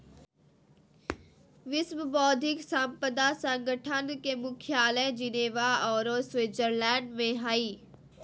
विश्व बौद्धिक संपदा संगठन के मुख्यालय जिनेवा औरो स्विटजरलैंड में हइ